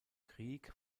krieg